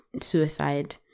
suicide